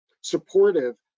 supportive